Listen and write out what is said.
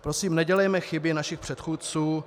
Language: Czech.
Prosím, nedělejme chyby našich předchůdců.